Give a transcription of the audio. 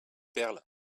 perles